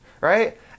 right